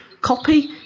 copy